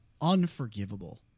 unforgivable